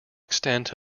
extent